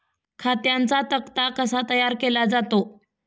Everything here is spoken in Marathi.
खात्यांचा तक्ता कसा तयार केला जातो?